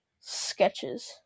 sketches